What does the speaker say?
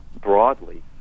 broadly